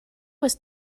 was